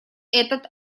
этот